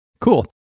Cool